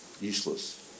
useless